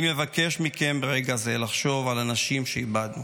אני מבקש מכם ברגע זה לחשוב על הנשים שאיבדנו